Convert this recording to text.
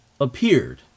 appeared